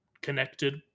connected